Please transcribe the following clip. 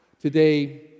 Today